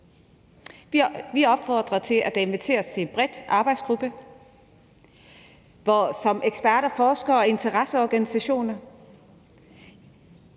Vi opfordrer til, at der inviteres til en bred arbejdsgruppe med eksperter, forskere og interesseorganisationer.